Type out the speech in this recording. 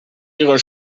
ihrer